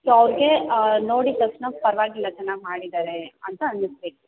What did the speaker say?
so ಅವ್ರಿಗೆ ನೋಡಿ ತಕ್ಷಣ ಪರವಾಗಿಲ್ಲ ಚೆನ್ನಾಗಿ ಮಾಡಿದ್ದಾರೆ ಅಂತ ಅನಿಸಬೇಕು